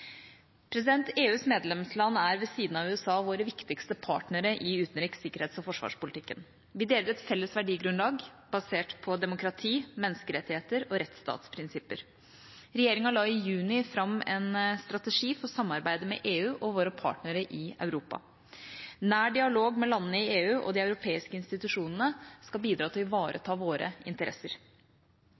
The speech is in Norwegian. EUs medlemsland er ved siden av USA våre viktigste partnere i utenriks-, sikkerhets- og forsvarspolitikken. Vi deler et felles verdigrunnlag basert på demokrati, menneskerettigheter og rettsstatsprinsipper. Regjeringa la i juni fram en strategi for samarbeidet med EU og våre partnere i Europa. Nær dialog med landene i EU og de europeiske institusjonene skal bidra til å ivareta våre interesser.